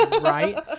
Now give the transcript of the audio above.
Right